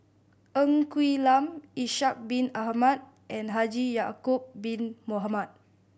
Ng Quee Lam Ishak Bin Ahmad and Haji Ya'acob Bin Mohamed